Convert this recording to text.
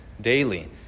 daily